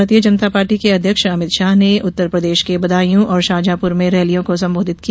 भारतीय जनता पार्टी के अध्यक्ष अभितशाह ने उत्तर प्रदेश के बदायूं और शाहजहांपुर में रैलियों को संबोधित किया